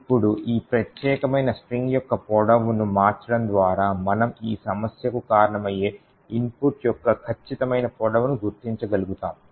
ఇప్పుడు ఈ ప్రత్యేకమైన స్ట్రింగ్ యొక్క పొడవును మార్చడం ద్వారా మనము ఈ సమస్యకు కారణమయ్యే ఇన్పుట్ యొక్క ఖచ్చితమైన పొడవును గుర్తించగలుగుతాము